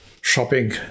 shopping